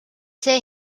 see